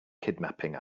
kidnapping